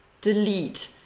delete,